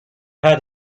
had